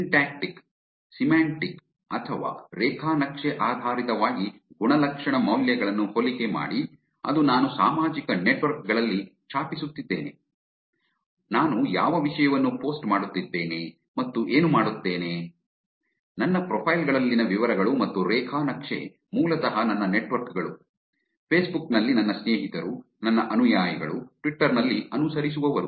syntactic semantic ಅಥವಾ ರೇಖಾ ನಕ್ಷೆ ಆಧಾರಿತವಾಗಿ ಗುಣಲಕ್ಷಣ ಮೌಲ್ಯಗಳನ್ನು ಹೋಲಿಕೆ ಮಾಡಿ ಅದು ನಾನು ಸಾಮಾಜಿಕ ನೆಟ್ವರ್ಕ್ ಗಳಲ್ಲಿ ಛಾಪಿಸುತ್ತಿದ್ದೇನೆ ನಾನು ಯಾವ ವಿಷಯವನ್ನು ಪೋಸ್ಟ್ ಮಾಡುತ್ತಿದ್ದೇನೆ ಮತ್ತು ಏನು ಮಾಡುತ್ತೇನೆ ನನ್ನ ಪ್ರೊಫೈಲ್ ಗಳಲ್ಲಿನ ವಿವರಗಳು ಮತ್ತು ರೇಖಾ ನಕ್ಷೆ ಮೂಲತಃ ನನ್ನ ನೆಟ್ವರ್ಕ್ಗಳು ಫೇಸ್ಬುಕ್ ನಲ್ಲಿ ನನ್ನ ಸ್ನೇಹಿತರು ನನ್ನ ಅನುಯಾಯಿಗಳು ಟ್ವಿಟರ್ ನಲ್ಲಿ ಅನುಸರಿಸುವವರು